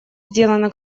сделано